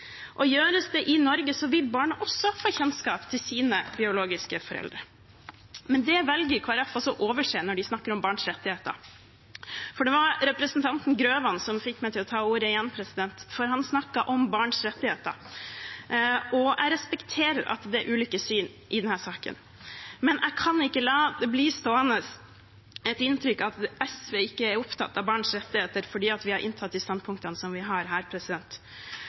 Gjøres det i Norge, vil barnet også få kjennskap til sine biologiske foreldre. Men det velger Kristelig Folkeparti å overse når de snakker om barns rettigheter. Det var representanten Grøvan som fikk meg til å ta ordet igjen, for han snakket om barns rettigheter. Jeg respekterer at det er ulike syn i denne saken, men jeg kan ikke la det bli stående et inntrykk av at SV ikke er opptatt av barns rettigheter, fordi vi har inntatt de standpunktene vi har her.